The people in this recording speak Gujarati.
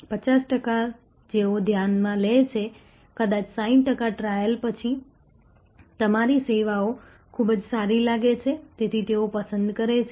50 ટકા જેઓ ધ્યાનમાં લે છે કદાચ 60 ટકા ટ્રાયલ પછી તમારી સેવાઓ ખૂબ સારી લાગે છે તેથી તેઓ પસંદ કરે છે